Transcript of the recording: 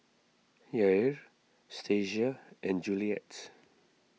Yair Stasia and Juliet